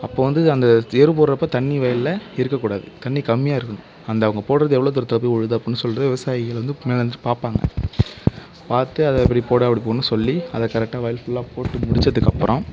அப்போது வந்து அந்த எரு போடுகிறப்ப தண்ணி வயலில் இருக்கக்கூடாது தண்ணி கம்மியாக இருக்கணும் அந்த அவங்க போடுவது எவ்வளோ தூரத்தில் போய் விழுது அப்புடின்னு சொல்லிட்டு விவசாயிகள் வந்து மேலே இருந்துட்டு பார்ப்பாங்க பார்த்து அதை இப்படி போடு அப்படி போடுன்னு சொல்லி அதை கரெக்டாக வயல் ஃபுல்லாக போட்டு முடித்ததுக்கு அப்புறம்